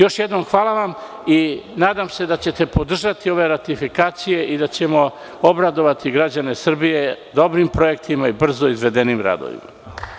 Još jednom hvala vam i nadam se da ćete podržati ove ratifikacije i da ćemo obradovati građane Srbije dobrim projektima i brzo izvedenim radovima.